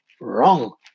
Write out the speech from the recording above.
wrong